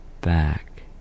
back